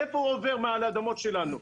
איפה הוא עובר מעל האדמות שלנו?